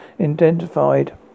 identified